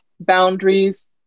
boundaries